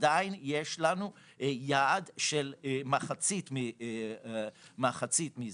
עדיין יש לנו יעד של כמחצית מזה.